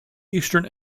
eastern